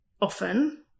often